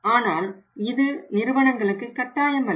ஆனால் இது நிறுவனங்களுக்கு கட்டாயம் அல்ல